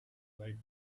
right